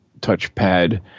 touchpad